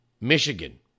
Michigan